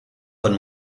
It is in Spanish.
con